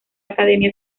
academia